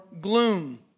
gloom